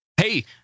hey